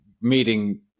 meeting